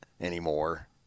anymore